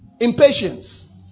Impatience